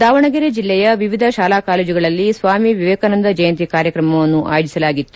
ದಾವಣಗೆರೆ ಜಿಲ್ಲೆಯ ವಿವಿಧ ಶಾಲಾ ಕಾಲೇಜುಗಳಲ್ಲಿ ಸ್ವಾಮಿ ವಿವೇಕಾನಂದ ಜಯಂತಿ ಕಾರ್ಯಕ್ರಮಗಳನ್ನು ಆಯೋಜಿಸಲಾಗಿತ್ತು